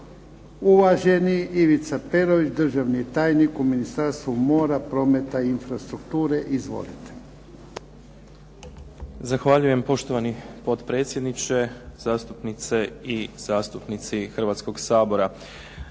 Uvaženi Ivica Perović, državni tajnik u Ministarstvu mora, prometa i infrastrukture. Izvolite. **Perović, Ivica** Zahvaljujem poštovani potpredsjedniče, zastupnice i zastupnici Hrvatskog sabora.